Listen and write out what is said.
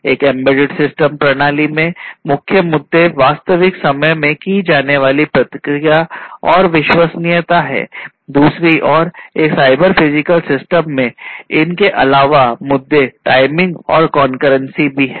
एक एम्बेडेड प्रणाली में मुख्य मुद्दे वास्तविक समय में की जाने वाली प्रतिक्रिया और विश्वसनीयता हैं दूसरी ओर एक साइबर में फिजिकल सिस्टम इन के अलावा मुद्दे टाइमिंग और कनकरंसी हैं